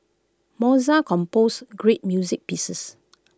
Mozart composed great music pieces